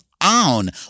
on